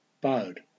bowed